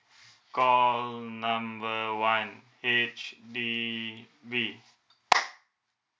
call number one H_D_B